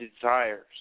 desires